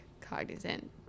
cognizant